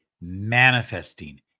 manifesting